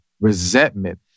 resentment